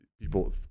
people